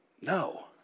no